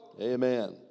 Amen